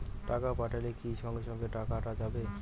টাকা পাঠাইলে কি সঙ্গে সঙ্গে টাকাটা যাবে?